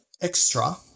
extra